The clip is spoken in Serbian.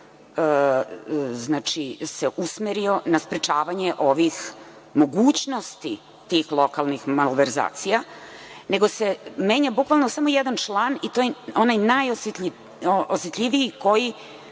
posebno usmerio na sprečavanje ovih mogućnosti tih lokalnih malverzacija, nego se menja bukvalno samo jedan član i to onaj najosetljiviji koji